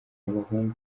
abahungu